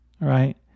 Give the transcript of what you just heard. right